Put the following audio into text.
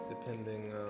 Depending